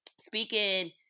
Speaking